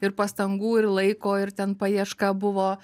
ir pastangų ir laiko ir ten paieška buvo